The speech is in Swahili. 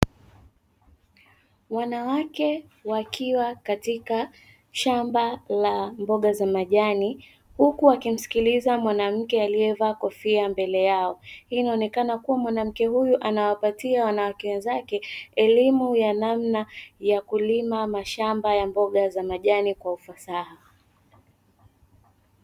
Wanawake wakiwa katika shamba la mboga za majani, huku wakimsikiliza mwanamke aliyevaa kofia mbele yao. Hii inaonekana kuwa mwanamke huyu anawapatia wanawake wenzake elimu ya namna ya kulima mashamba ya mboga za majani kwa ufasaha.